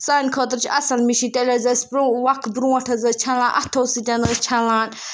سانہِ خٲطرٕ چھِ اَصٕل مِشیٖن تیٚلہِ حظ ٲسۍ پرٛو وقت برونٛٹھ حظ ٲسۍ چھَلان اَتھو سۭتۍ ٲسۍ چھَلان